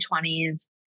20s